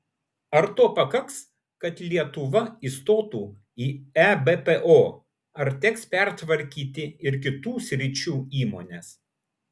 ar to pakaks kad lietuva įstotų į ebpo ar teks pertvarkyti ir kitų sričių įmones